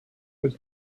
was